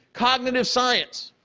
cognitive science,